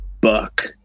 buck